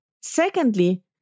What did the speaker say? Secondly